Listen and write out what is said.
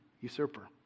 usurper